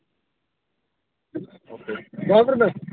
okay